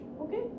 okay